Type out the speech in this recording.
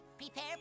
Prepare